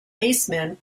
basemen